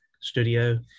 studio